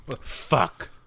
Fuck